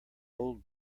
old